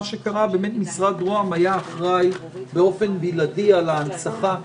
מה שקרה הוא שבאמת משרד ראש הממשלה היה אחראי באופן בלעדי על ההנצחה גם